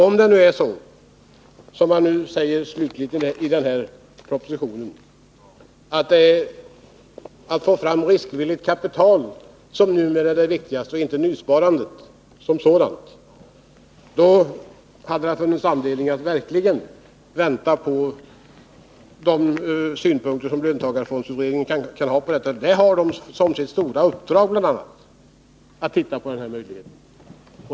Om det varit så, som man slutligen säger i propositionen, att det är detta att få fram riskvilligt kapital som numera är det viktigaste och inte nysparandet som sådant, då hade det verkligen funnits anledning att vänta på de synpunkter som löntagarfondsutredningen kan ha på detta. Utredningen har som sitt stora uppdrag att bl.a. se på den här möjligheten.